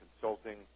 consulting